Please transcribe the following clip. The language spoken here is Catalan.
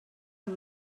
amb